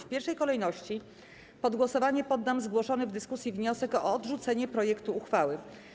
W pierwszej kolejności pod głosowanie poddam zgłoszony w dyskusji wniosek o odrzucenie projektu uchwały.